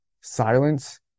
silence